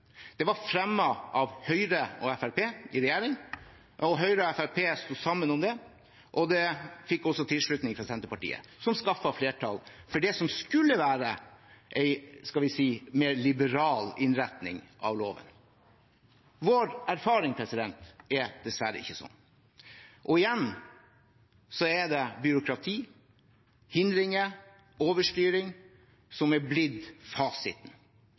Det var fremmet av Høyre og Fremskrittspartiet i regjering, og Høyre og Fremskrittspartiet sto sammen om det. Det fikk også tilslutning fra Senterpartiet, som skaffet flertall for det som skulle være en mer liberal innretning av loven. Vår erfaring er dessverre ikke sånn, og igjen er det byråkrati, hindringer og overstyring som er blitt fasiten.